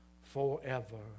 forever